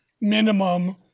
minimum